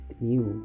new